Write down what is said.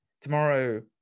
Tomorrow